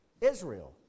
Israel